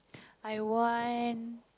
I want